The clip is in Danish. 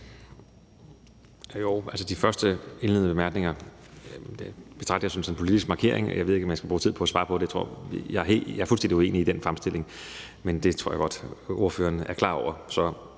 Jo, altså de første indledende bemærkninger betragter jeg som sådan en politisk markering, og jeg ved ikke, om jeg skal bruge tid på at svare på det. Jeg er fuldstændig uenig i den fremstilling, men det tror jeg godt ordføreren er klar over,